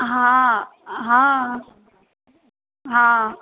हा हा हा